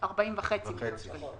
40.5 מיליון שקלים.